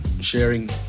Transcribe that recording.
sharing